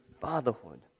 fatherhood